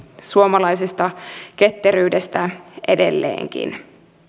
suomalaisesta ketteryydestä edelleenkin